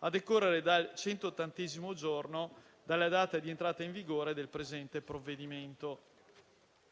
a decorrere dal centottantesimo giorno dalla data di entrata in vigore del presente provvedimento.